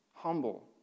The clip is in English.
humble